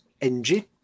engine